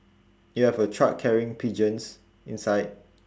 you have a truck carrying pigeons inside